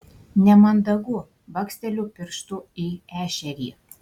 nemandagu baksteliu pirštu į ešerį